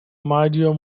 mario